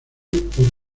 por